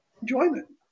enjoyment